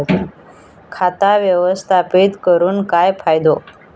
खाता व्यवस्थापित करून काय फायदो?